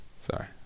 Sorry